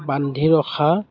বান্ধি ৰখা